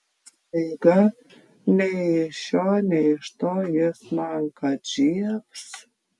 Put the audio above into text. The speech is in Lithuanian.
staiga nei iš šio nei iš to jis man kad žiebs